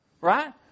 Right